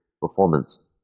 performance